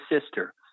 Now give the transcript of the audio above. sister